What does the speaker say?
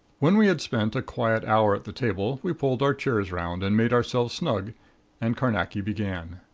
when we had spent a quiet hour at the table we pulled our chairs round and made ourselves snug and carnacki began